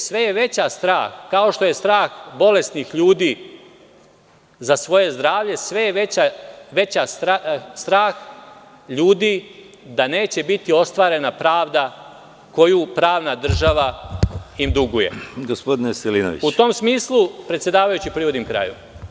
Sve je veći strah, kao što je strah bolesnih ljudi za svoje zdravlje, sve je veći strah ljudi da neće biti ostvarena pravda koju im pravna država duguje. (Predsedavajući: Gospodine Veselinoviću…) Predsedavajući, privodim kraju.